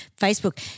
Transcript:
Facebook